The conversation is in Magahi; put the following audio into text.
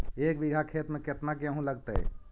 एक बिघा खेत में केतना गेहूं लगतै?